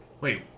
Wait